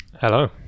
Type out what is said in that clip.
hello